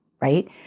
right